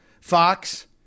Fox